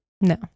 No